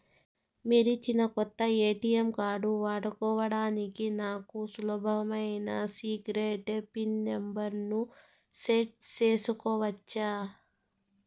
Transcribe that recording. మీరిచ్చిన కొత్త ATM card వాడుకోవడానికి నాకు సులభమైన సీక్రెట్ పిన్ నెంబర్ ను సెట్ సేసుకోవచ్చా?